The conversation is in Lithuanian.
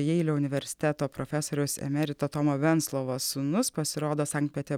jeilio universiteto profesoriaus emerito tomo venclovos sūnus pasirodo sankt pete